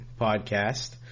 podcast